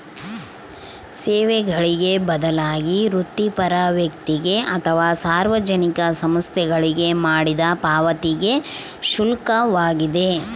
ಸೇವೆಗಳಿಗೆ ಬದಲಾಗಿ ವೃತ್ತಿಪರ ವ್ಯಕ್ತಿಗೆ ಅಥವಾ ಸಾರ್ವಜನಿಕ ಸಂಸ್ಥೆಗಳಿಗೆ ಮಾಡಿದ ಪಾವತಿಗೆ ಶುಲ್ಕವಾಗಿದೆ